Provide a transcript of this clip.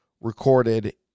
recorded